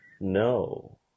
No